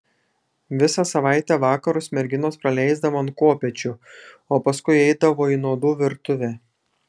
visą savaitę vakarus merginos praleisdavo ant kopėčių o paskui eidavo į nuodų virtuvę